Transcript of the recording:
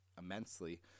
immensely